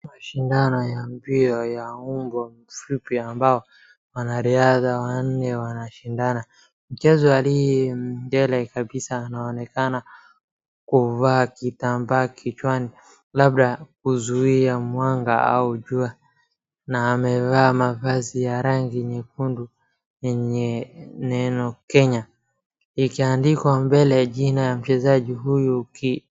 Mashindano ya mbio ya umbo fupi ambao wanariadha wanne wanashindana. Mchezaji aliyembelea kabisa anaonekana kuvaa kitambaa kichwani, labda kuzuia mwanga au jua. Na amevaa mavazi ya rangi nyekundu yenye neno Kenya likiandikwa mbele. Jina ya mchezaji huyu ki